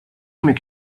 make